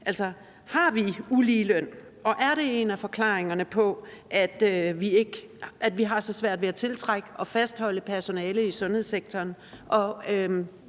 Altså, har vi uligeløn, og er det en af forklaringerne på, at vi har så svært ved at tiltrække og fastholde personale i sundhedssektoren?